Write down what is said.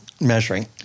measuring